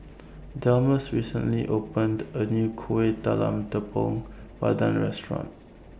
Delmus recently opened A New Kueh Talam Tepong Pandan Restaurant